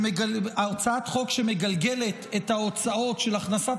הצעת חוק שמגלגלת את ההוצאות של הכנסת